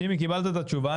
שימי קיבלת את התשובה,